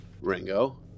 Ringo